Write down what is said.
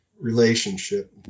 relationship